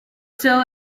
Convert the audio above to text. still